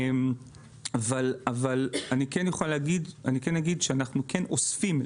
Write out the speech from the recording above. אני כן אגיד שאנחנו כן אוספים,